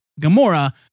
Gamora